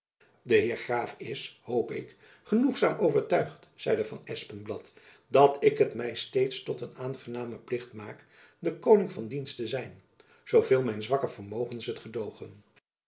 de heer graaf is hoop ik genoegzaam overtuigd zeide van espenblad dat ik het my steeds tot een aangenamen plicht maak den koning van dienst te zijn zooveel mijn zwakke vermogens het gedoogen